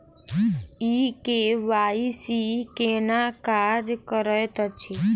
ई KYC केना काज करैत अछि?